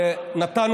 אתה שקרן.